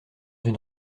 une